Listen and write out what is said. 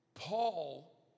Paul